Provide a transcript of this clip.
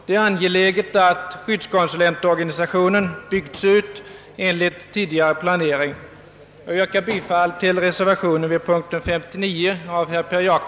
Det är angeläget att skyddskonsulentorganisationen byggs ut enligt tidigare planering.